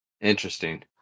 Interesting